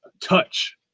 touch